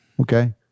Okay